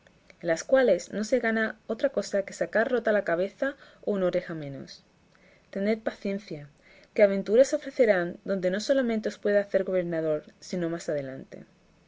las cuales no se gana otra cosa que sacar rota la cabeza o una oreja menos tened paciencia que aventuras se ofrecerán donde no solamente os pueda hacer gobernador sino más adelante